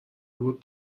بود